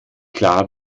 klar